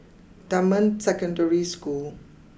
Dunman Secondary School